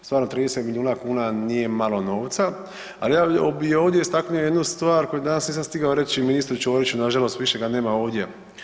Stvarno 30 milijuna kuna nije malo novca, ali ja bih ovdje istaknuo jednu stvar koju danas nisam stigao reći ministru Ćoriću, na žalost više ga nema ovdje.